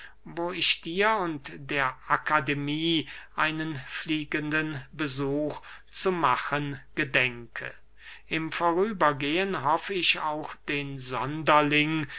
wo ich dir und der akademie einen fliegenden besuch zu machen gedenke im vorübergehen hoff ich auch den sonderling